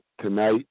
tonight